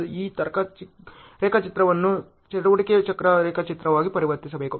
ಆದ್ದರಿಂದ ನೀವು ಈಗ ಈ ತರ್ಕ ರೇಖಾಚಿತ್ರವನ್ನು ಚಟುವಟಿಕೆ ಚಕ್ರ ರೇಖಾಚಿತ್ರವಾಗಿ ಪರಿವರ್ತಿಸಬೇಕು